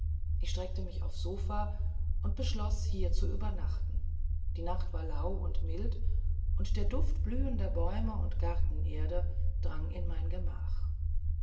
ich streckte mich aufs sofa und beschloß hier zu übernachten die nacht war lau und mild und der duft blühender bäume und gartenbeete drang in mein gemach